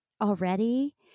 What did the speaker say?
already